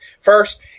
First